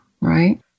right